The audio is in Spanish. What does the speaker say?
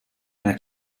una